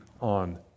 on